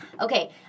Okay